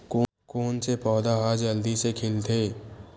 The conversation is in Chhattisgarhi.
कोन से पौधा ह जल्दी से खिलथे?